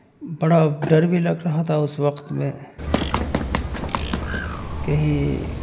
بڑا ڈر بھی لگ رہا تھا اس وقت میں کہیں